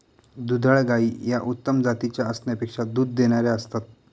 दुधाळ गायी या उत्तम जातीच्या असण्यापेक्षा दूध देणाऱ्या असतात